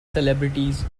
celebrities